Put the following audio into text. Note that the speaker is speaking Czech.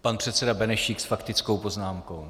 Pan předseda Benešík s faktickou poznámkou.